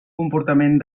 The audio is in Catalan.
comportament